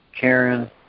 Karen